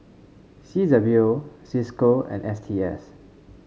C W O Cisco and S T S